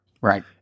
Right